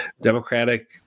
democratic